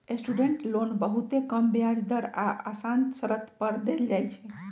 student loan बहुते कम ब्याज दर आऽ असान शरत पर देल जाइ छइ